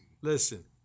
listen